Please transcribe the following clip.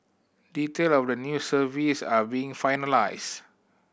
detail of the new service are being finalised